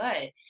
good